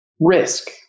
risk